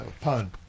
pun